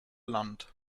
land